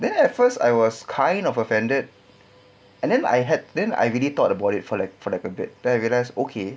then at first I was kind of offended and then I had then I really thought about it for like for like a bit then I realised okay